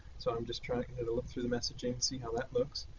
so i'm just trying to get a look through the messaging and see how that looks.